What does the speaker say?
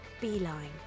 Beeline